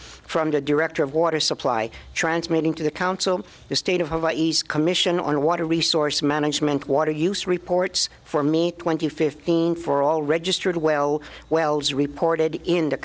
from the director of water supply transmitting to the council estate of commission on water resource management water use reports for me twenty fifteen for all registered well wells